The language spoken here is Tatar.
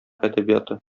әдәбияты